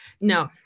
No